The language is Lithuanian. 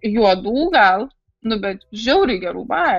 juodų gal nu bet žiauriai gerų bajerių